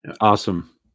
Awesome